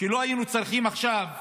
ולא היינו צריכים עכשיו